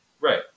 right